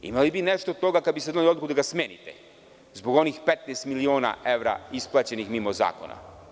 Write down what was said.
Imali bi nešto od toga kada biste doneli odluku da ga smenite, zbog onih 15 miliona evra isplaćenih mimo zakona.